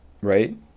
right